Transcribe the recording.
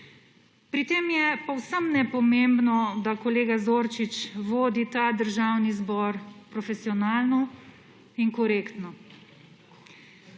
Pri tem je povsem nepomembno, da kolega Zorčič vodi ta državni zbor profesionalno in korektno.